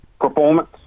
performance